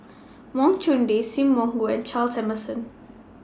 Wang Chunde SIM Wong Hoo and Charles Emmerson